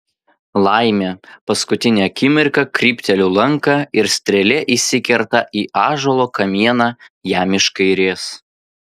laimė paskutinę akimirką krypteliu lanką ir strėlė įsikerta į ąžuolo kamieną jam iš kairės